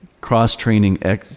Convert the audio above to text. cross-training